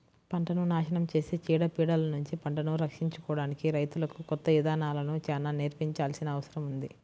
పంటను నాశనం చేసే చీడ పీడలనుంచి పంటను రక్షించుకోడానికి రైతులకు కొత్త ఇదానాలను చానా నేర్పించాల్సిన అవసరం ఉంది